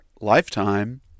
lifetime